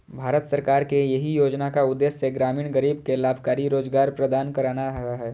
भारत सरकार के एहि योजनाक उद्देश्य ग्रामीण गरीब कें लाभकारी रोजगार प्रदान करना रहै